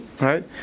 right